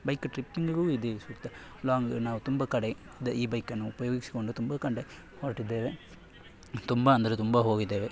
bike ಟ್ರಿಪ್ಪಿಂಗಿಗೂ ಇದೇ ಸೂಕ್ತ ಲಾಂಗ್ ನಾವು ತುಂಬ ಕಡೆ ಇದೇ ಈ ಬೈಕನ್ನು ಉಪಯೋಗಿಸಿಗೊಂಡು ತುಂಬ ಕಂಡೆ ಹೊರಟಿದ್ದೇವೆ ತುಂಬ ಅಂದರೆ ತುಂಬ ಹೋಗಿದ್ದೇವೆ